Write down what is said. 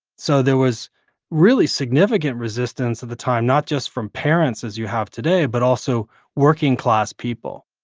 so there was really significant resistance at the time, not just from parents, as you have today, but also working-class people.